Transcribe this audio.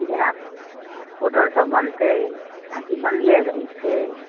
ई जेना ऑर्डरसभ बनतै आ कि बनले रहै छै